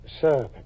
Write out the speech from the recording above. sir